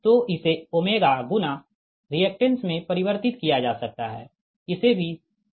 तो इसे ओमेगा गुणा रिएक्टेंस में परिवर्तित किया जा सकता है इसे भी ओमेगा से गुणा किया जा सकता है